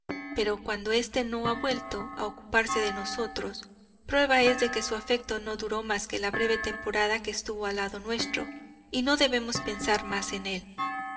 pero cuando este no ha vuelto a ocuparse de nosotros prueba es de que su afecto no duró más que la breve temporada que estuvo al lado nuestro y no debemos pensar más en él